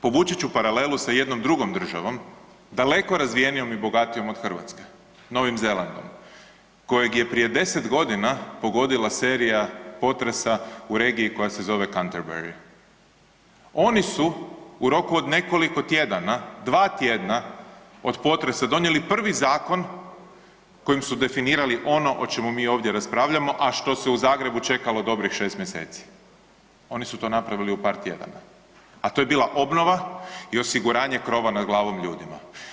Povući ću paralelu sa jednom drugom državom daleko razvijenijom i bogatijom od Hrvatske, Novim Zelandom kojeg je prije 10 godina pogodila serija potresa u regiji koja se zove Canterbury, oni su u roku od nekoliko tjedana, dva tjedna od potresa donijeli prvi zakon kojim su definirali ono o čemu mi ovdje raspravljamo, a što se u Zagrebu čekalo dobrih šest mjeseci, oni su to napravili u par tjedana, a to je bila obnova i osiguranje krova nad glavom ljudima.